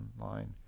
online